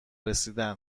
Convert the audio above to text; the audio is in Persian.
رسیدن